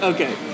Okay